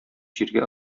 җиргә